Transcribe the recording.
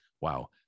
Wow